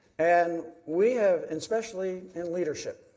and we have, especially in leadership,